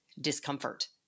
discomfort